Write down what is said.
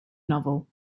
novel